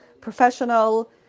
professional